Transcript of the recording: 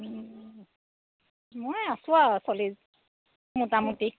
মই আছোঁ আৰু চলি মোটামুটি